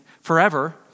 forever